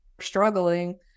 struggling